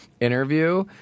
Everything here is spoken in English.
interview